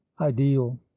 ideal